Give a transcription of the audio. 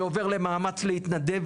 זה עובר למאמץ להתנדב.